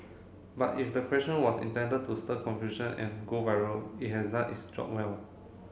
but if the question was intended to stir confusion and go viral it has done its job well